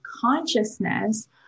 consciousness